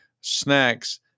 snacks